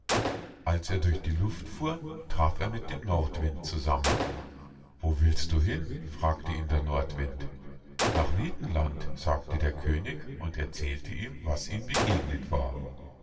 als er durch die luft fuhr traf er mit dem nordwind zusammen wo willst du hin fragte ihn der nordwind nach witenland sagte der könig und erzählte ihm was ihm begegnet war